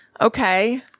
Okay